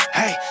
hey